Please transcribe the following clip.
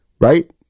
Right